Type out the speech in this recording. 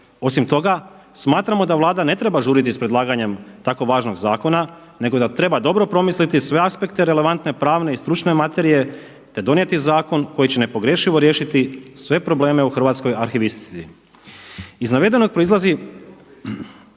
Osim toga, smatramo da Vlada ne treba žuriti s predlaganjem tako važnog zakona nego da treba dobro promisliti sve aspekte relevantne, pravne i stručne materije, te donijeti zakon koji će nepogrešivo riješiti sve probleme u hrvatskoj arhivistici. Iz navedenog proizlazi,